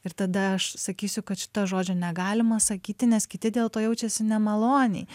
ir tada aš sakysiu kad šito žodžio negalima sakyti nes kiti dėl to jaučiasi nemaloniai